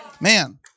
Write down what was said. Man